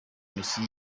messi